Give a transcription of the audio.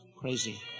crazy